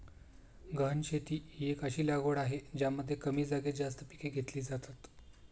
गहन शेती ही अशी लागवड आहे ज्यामध्ये कमी जागेत जास्त पिके घेतली जातात